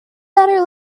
better